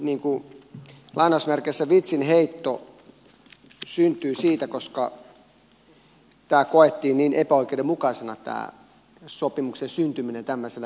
tämänkaltainen lainausmerkeissä vitsinheitto syntyi siitä että koettiin niin epäoikeudenmukaisena tämä sopimuksen syntyminen tämmöisellä ilmoittelutavalla